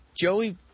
Joey